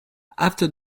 after